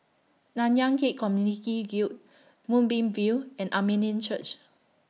Nanyang Khek Community Guild Moonbeam View and Armenian Church